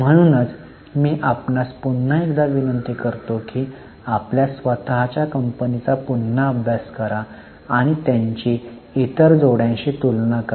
म्हणून मी आपणास पुन्हा एकदा विनंती करतो की आपल्या स्वत च्या कंपनीचा पुन्हा अभ्यास करा आणि त्यांची इतर जोड्यांशी तुलना करा